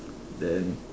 then